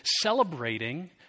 celebrating